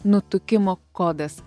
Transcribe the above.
nutukimo kodas